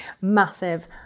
massive